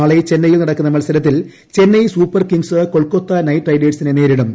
നാളെ ചെന്നൈയിൽ നടക്കുന്ന മത്സരത്തിൽ ചെന്നൈ സൂപ്പർകിംഗ്സ് കൊൽക്കത്ത നൈറ്റ് റൈഡേഴ്സിനെ നേരിടും